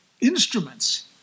instruments